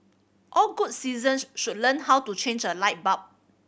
all good citizens should learn how to change a light bulb